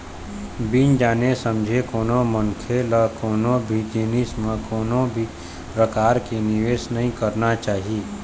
बिन जाने समझे कोनो मनखे ल कोनो भी जिनिस म कोनो भी परकार के निवेस नइ करना चाही